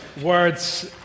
words